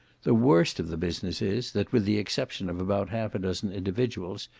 the worst of the business is, that with the exception of about half a dozen individuals,